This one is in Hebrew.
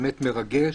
באמת מרגש,